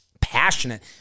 passionate